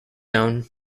own